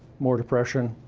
more depression,